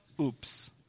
Oops